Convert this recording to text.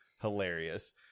hilarious